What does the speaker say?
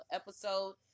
episode